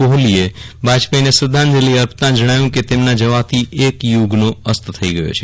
કોહલી વાજપેયીને શ્રધ્ધાંજલી અર્પતા જણાવ્યું હતું કે તેમના જવાથી એક યુહનો અસ્ત થઇ ગયો છે